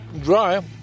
Dry